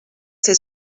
ser